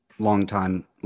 Long-time